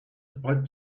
about